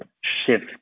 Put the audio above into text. shift